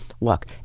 look